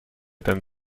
denn